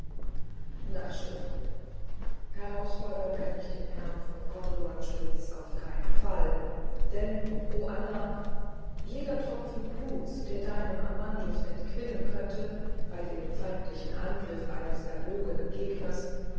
s herausfordern kann ich den herrn von corduanspitz auf keinen fall denn o anna jeder tropfen bluts der deinem amandus entquillen könnte bei dem feindlichen angriff eines verwogenen gegners